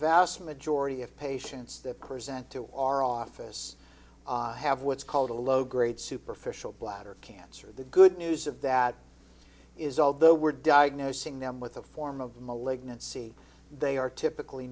vast majority of patients that present to our office have what's called a low grade superficial bladder cancer the good news of that is although we're diagnosing them with a form of malignant see they are typically